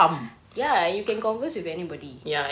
ya you can converse with anybody